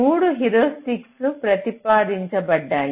3 heuristics ప్రతిపాదించబడ్డాయి